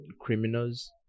criminals